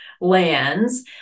lands